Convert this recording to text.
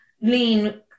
lean